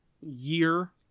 year